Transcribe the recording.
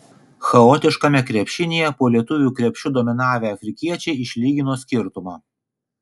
chaotiškame krepšinyje po lietuvių krepšiu dominavę afrikiečiai išlygino skirtumą